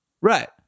Right